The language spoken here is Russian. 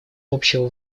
общего